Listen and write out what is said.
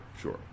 Sure